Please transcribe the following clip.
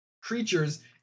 Creatures